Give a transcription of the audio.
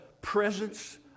presence